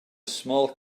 small